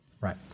right